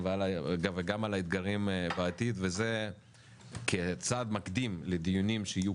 אל תעשו צעדים שתשלבו